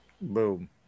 Boom